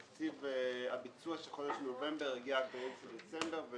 תקציב הביצוע של חודש נובמבר הגיע קרוב לדצמבר.